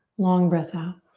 long breath out.